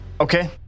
Okay